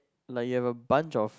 like you have a bunch of